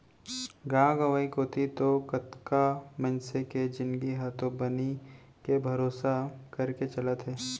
गांव गंवई कोती तो कतका मनसे के जिनगी ह तो बनी के भरोसा करके चलत हे